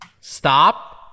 Stop